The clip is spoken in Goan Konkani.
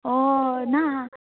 हय ना